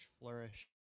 flourish